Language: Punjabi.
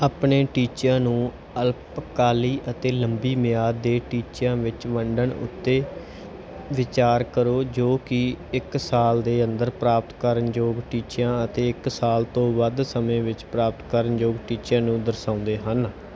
ਆਪਣੇ ਟੀਚਿਆਂ ਨੂੰ ਅਲਪ ਕਾਲੀ ਅਤੇ ਲੰਬੀ ਮਿਆਦ ਦੇ ਟੀਚਿਆਂ ਵਿੱਚ ਵੰਡਣ ਉੱਤੇ ਵਿਚਾਰ ਕਰੋ ਜੋ ਕਿ ਇੱਕ ਸਾਲ ਦੇ ਅੰਦਰ ਪ੍ਰਾਪਤ ਕਰਨ ਯੋਗ ਟੀਚਿਆਂ ਅਤੇ ਇੱਕ ਸਾਲ ਤੋਂ ਵੱਧ ਸਮੇਂ ਵਿੱਚ ਪ੍ਰਾਪਤ ਕਰਨ ਯੋਗ ਟੀਚਿਆਂ ਨੂੰ ਦਰਸਾਉਂਦੇ ਹਨ